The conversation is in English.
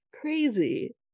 crazy